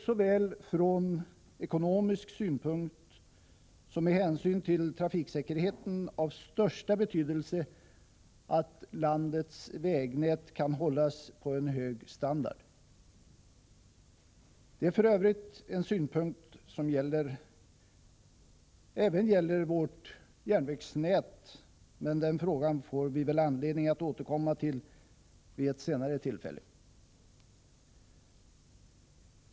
Såväl från ekonomisk synpunkt som med hänsyn till trafiksäkerheten är det av största betydelse att landets vägnät kan ha en hög standard. Det är för övrigt en synpunkt som även gäller vårt järnvägsnät, men den frågan får vi väl anledning att återkomma till vid ett senare tillfälle.